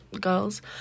Girls